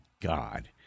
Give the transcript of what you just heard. God